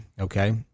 Okay